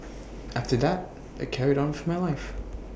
after that I carried on for my life